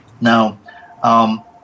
Now